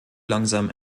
langsam